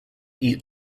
eat